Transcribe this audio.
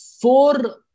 four